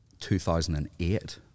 2008